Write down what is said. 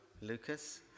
Lucas